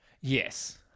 Yes